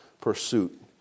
pursuit